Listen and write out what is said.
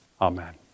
Amen